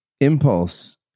impulse